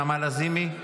נעמה לזימי,